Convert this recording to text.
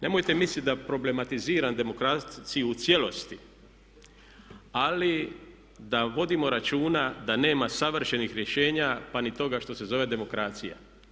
Nemojte misliti da problematiziram demokraciju u cijelosti ali da vodimo računa da nema savršenih rješenja pa ni toga što se zove demokracija.